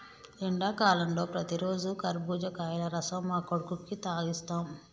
ఎండాకాలంలో ప్రతిరోజు కర్బుజకాయల రసం మా కొడుకుకి తాగిస్తాం